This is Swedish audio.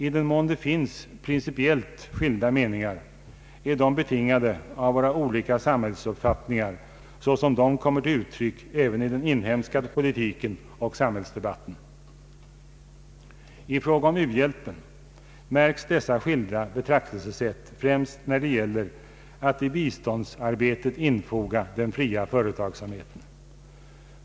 I den mån det finns principiellt skilda meningar, är de betingade av våra olika samhällsuppfattningar, såsom de kommer till uttryck även i den inhemska politiken och samhällsdebatten. I fråga om u-hjälpen märks dessa skilda betraktelsesätt främst när det gäller att i biståndsarbetet infoga den fria företagsamheten.